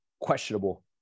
questionable